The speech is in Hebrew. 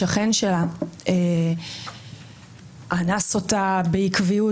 השכן שלה אנס אותה בעקביות,